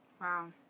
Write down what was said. Wow